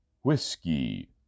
Whiskey